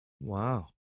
Wow